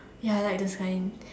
ya like the sign